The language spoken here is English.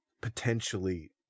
potentially